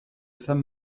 femme